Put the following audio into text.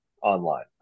online